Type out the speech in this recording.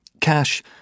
Cash